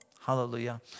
Hallelujah